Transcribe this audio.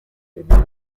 rating